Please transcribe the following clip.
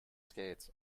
skates